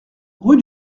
rue